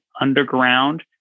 underground